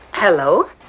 hello